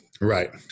Right